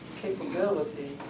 capability